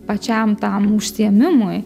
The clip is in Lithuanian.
pačiam tam užsiėmimui